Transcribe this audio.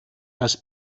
das